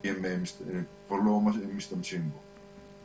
כי הם לא ממש משתמשים בו.